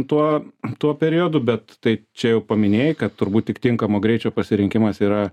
tuo tuo periodu bet tai čia jau paminėjai kad turbūt tik tinkamo greičio pasirinkimas yra